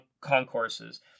concourses